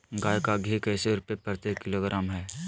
गाय का घी कैसे रुपए प्रति किलोग्राम है?